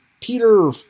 Peter